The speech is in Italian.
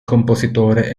compositore